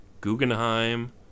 Guggenheim